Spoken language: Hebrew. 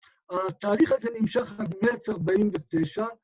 ‫התהליך הזה נמשך עד מרץ 49.